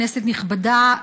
כנסת נכבדה,